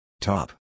Top